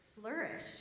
flourish